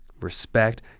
respect